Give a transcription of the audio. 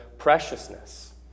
Preciousness